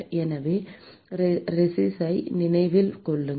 எனவே ரெசிஸை நினைவில் கொள்ளுங்கள்